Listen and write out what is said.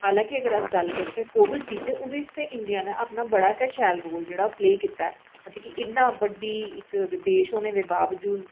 हालां कि अस अगर गल्ल करचै कोविड दी ते ओह्दे च ते इंड़िया ने अपना बड़ा गै शैल रोल जेह्ड़ा ऐ प्ले कीता ऐ इन्ना बड़्डा इक देश होने बावजूद